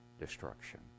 destruction